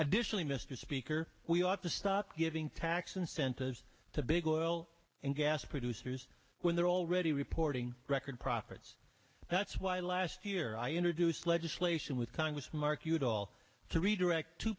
additionally mr speaker we ought to stop giving tax incentives to big oil and gas producers when they're already reporting record profits that's why last year i introduced legislation with congress mark udall to redirect two